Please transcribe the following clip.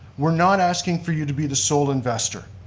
we're not asking for you to be the sole investor.